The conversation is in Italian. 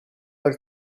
dal